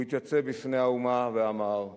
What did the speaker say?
הוא התייצב בפני האומה ואמר: